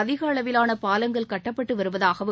அதிக அளவிலான பாலங்கள் கட்டப்பட்டு வருவதாகவும்